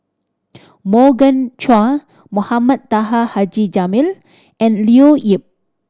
Morgan Chua Mohamed Taha Haji Jamil and Leo Yip